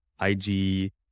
IG